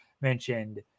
mentioned